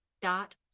dot